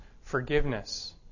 forgiveness